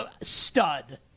stud